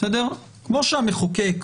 כמו שהמחוקק